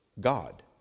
God